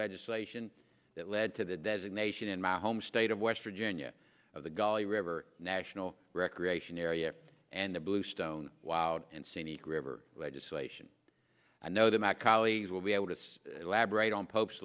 legislation that led to the designation in my home state of west virginia of the gully river national recreation area and the blue stone wowed and seanie graver legislation i know that my colleagues will be able to elaborate on po